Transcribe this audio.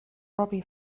robbie